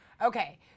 Okay